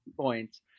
points